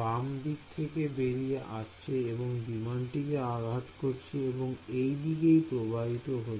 বাম দিক থেকে বেরিয়ে আসছে এবং বিমানটিকে আঘাত করছে এবং এই দিকে প্রবাহিত হচ্ছে